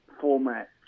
format